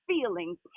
feelings